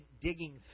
digging